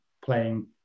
playing